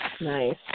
Nice